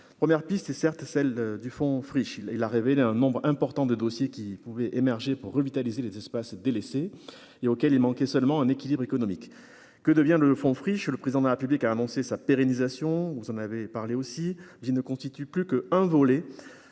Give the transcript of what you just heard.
premières pistes c'est certes celle du Fonds friche il il a révélé un nombre important de dossiers qui pouvait émerger pour revitaliser les espaces délaissés et auquel il manquait seulement un équilibre économique, que devient le fond friche chez le président de la République a annoncé sa pérennisation, vous en avez parlé aussi dit ne constitue plus que un volet